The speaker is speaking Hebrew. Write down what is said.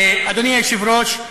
אדוני היושב-ראש,